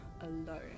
alone